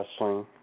wrestling